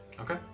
Okay